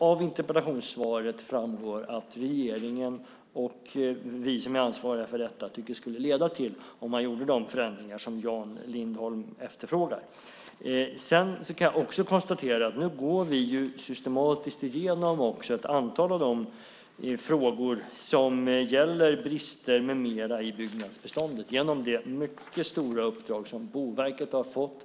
Av interpellationssvaret framgår att regeringen och vi som är ansvariga för detta tycker att det skulle leda till detta om man gjorde de förändringar som Jan Lindholm efterfrågar. Jag kan också konstatera att vi nu systematiskt går igenom ett antal av de frågor som gäller brister med mera i byggnadsbeståndet genom det mycket stora uppdrag som Boverket har fått.